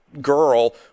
girl